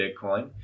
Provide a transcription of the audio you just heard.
Bitcoin